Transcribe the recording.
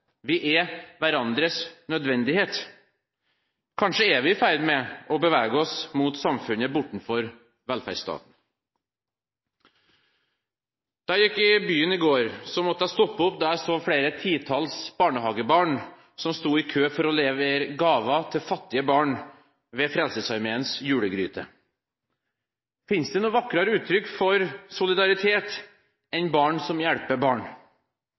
Vi er hverandres nødvendighet. Kanskje er vi i ferd med å bevege oss mot samfunnet bortenfor velferdsstaten. Da jeg gikk i byen i går, måtte jeg stoppe opp da jeg så flere titalls barnehagebarn som sto i kø for å levere gaver til fattige barn ved Frelsesarmeens julegryte. Fins det noe vakrere uttrykk for solidaritet enn barn som hjelper barn?